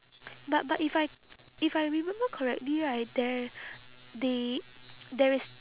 but but if I if I remember correctly right there they there is